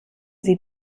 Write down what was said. sie